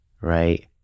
right